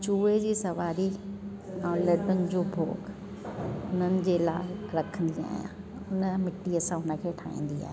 चुए जी सवारी ऐं लड्डनि जो भोग हुननि जे लाइ रखंदी आहियां उन मिटीअ सां मट ठाहींदी आहियां